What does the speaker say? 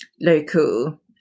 local